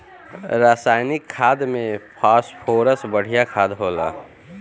रासायनिक खाद में फॉस्फोरस बढ़िया खाद होला